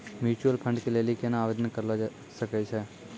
Mutual fund के लेली केना आवेदन करलो जाय सकै छै?